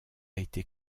été